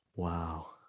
Wow